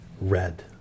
red